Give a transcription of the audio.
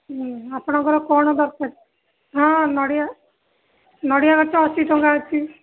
ହୁଁ ଆପଣଙ୍କର କ'ଣ ଦରକାର ହଁ ନଡ଼ିଆ ନଡ଼ିଆ ଗଛ ଅଶୀ ଟଙ୍କା ଅଛି